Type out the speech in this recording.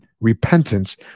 repentance